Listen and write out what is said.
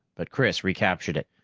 but chris recaptured it.